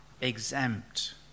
exempt